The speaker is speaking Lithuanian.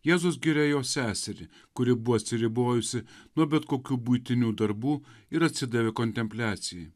jėzus giria jo seserį kuri atsiribojusi nuo bet kokių buitinių darbų ir atsidavė kontempliacijai